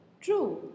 True